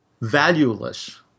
valueless